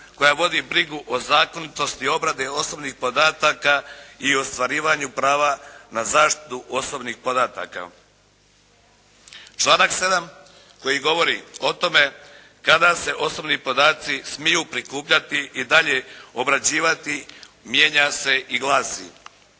koja vodi brigu o zakonitosti obrade osobnih podataka i ostvarivanju prava na zaštitu osobnih podataka." Članak 7. koji govori o tome kada se osobni podaci smiju prikupljati i dalje obrađivati, mijenja se i glsi: